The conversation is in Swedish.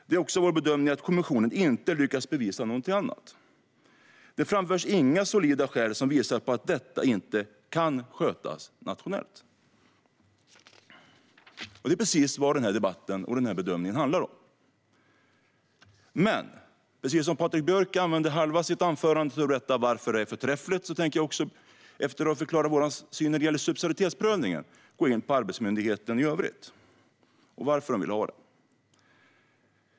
Det är också vår bedömning att kommissionen inte har lyckats bevisa någonting annat. Det framförs inga solida skäl som visar att detta inte kan skötas nationellt. Det är precis vad denna debatt och bedömning handlar om. Patrik Björck använde halva sitt anförande till att berätta varför det är förträffligt. Jag tänker, efter att ha förklarat vår syn på subsidiaritetsprövningen, gå in på arbetsmyndigheten i övrigt och varför EU vill ha den.